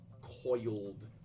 coiled